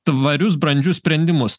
tvarius brandžius sprendimus